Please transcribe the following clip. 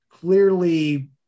clearly